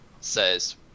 says